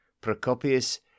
Procopius